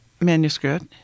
manuscript